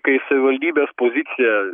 kai savivaldybės pozicija